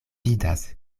vidas